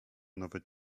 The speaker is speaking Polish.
nowe